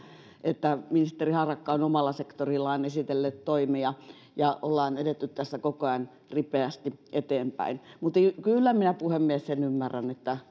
että ministeri harakka on omalla sektorillaan esitellyt toimia ja ollaan edetty tässä koko ajan ripeästi eteenpäin mutta kyllä minä puhemies sen ymmärrän että